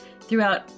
throughout